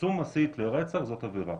פרסום מסית לרצח זאת עבירה,